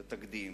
זה תקדים.